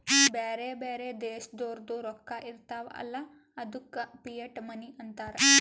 ಬ್ಯಾರೆ ಬ್ಯಾರೆ ದೇಶದೋರ್ದು ರೊಕ್ಕಾ ಇರ್ತಾವ್ ಅಲ್ಲ ಅದ್ದುಕ ಫಿಯಟ್ ಮನಿ ಅಂತಾರ್